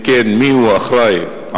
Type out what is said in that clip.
2. אם כן, מי הוא האחראי לכך?